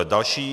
Další.